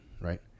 right